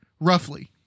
Roughly